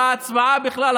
בהצבעה בכלל,